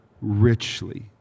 richly